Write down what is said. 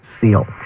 seal